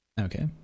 okay